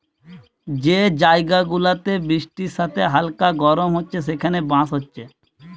যে জায়গা গুলাতে বৃষ্টির সাথে হালকা গরম হচ্ছে সেখানে বাঁশ হচ্ছে